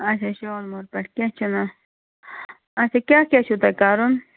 اَچھا شالمٲر پٮ۪ٹھ کیٚنٛہہ چھُنہٕ اَچھا کیٛاہ کیٛاہ چھُو تۄہہِ کَرُن